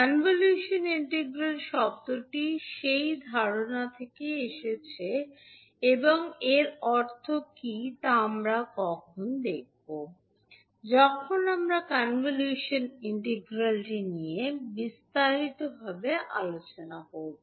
convolution integral শব্দটি সেই ধারণা থেকেই এসেছে এবং এর অর্থ কী তা আমরা কখন দেখব যখন আমরা কনভলিউশন ইন্টিগ্রালটি নিয়ে বিস্তারিত আলোচনা করব